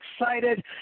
excited